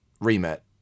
remit